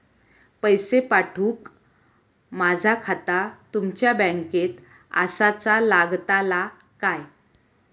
पैसे पाठुक माझा खाता तुमच्या बँकेत आसाचा लागताला काय?